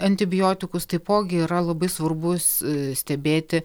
antibiotikus taipogi yra labai svarbus stebėti